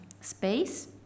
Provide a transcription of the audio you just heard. space